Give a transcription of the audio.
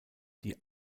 die